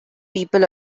people